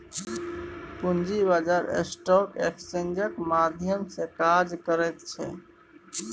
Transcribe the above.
पूंजी बाजार स्टॉक एक्सेन्जक माध्यम सँ काज करैत छै